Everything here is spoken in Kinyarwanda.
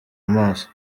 maso